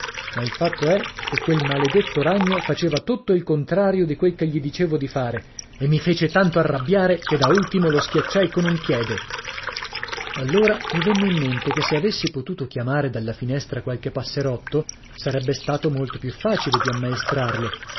ma il fatto è che quel maledetto ragno faceva tutto il contrario di quel che gli dicevo dì fare e mi fece tanto arabbiare che da ultimo lo schiacciai con un piede allora mi venne in mente che se avessi potuto chiamare dalla finestra qualche passerotto sarebbe stato molto più facile di ammaestrarlo